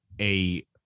a-